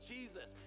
Jesus